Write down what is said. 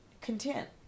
content